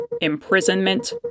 Imprisonment